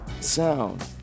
sound